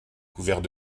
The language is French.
couverts